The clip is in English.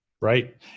Right